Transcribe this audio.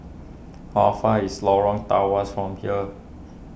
how far is Lorong Tawas from here